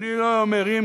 אני לא מרים,